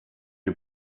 you